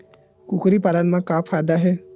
कुकरी पालन म का फ़ायदा हे?